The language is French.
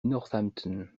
northampton